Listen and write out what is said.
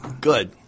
Good